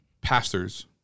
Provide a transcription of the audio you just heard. pastors